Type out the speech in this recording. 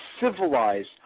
civilized